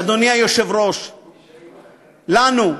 אדוני היושב-ראש, לנו,